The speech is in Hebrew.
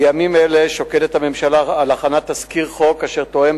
בימים אלה שוקדת הממשלה על הכנת תזכיר חוק אשר תואם